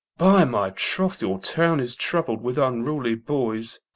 by my troth, your town is troubled with unruly boys.